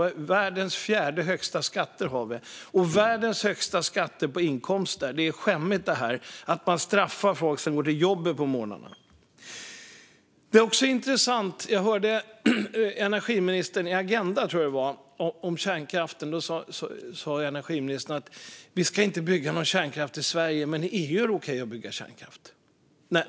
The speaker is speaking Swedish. Vi har världens fjärde högsta skatter och världens högsta skatter på inkomster. Det är skämmigt att man straffar folk som går till jobbet på morgnarna. Det var också intressant att höra energiministern tala om kärnkraften i Agen d a , tror jag att det var. Energiministern sa att vi inte ska bygga någon kärnkraft i Sverige, men i EU är det okej att bygga kärnkraft.